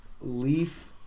leaf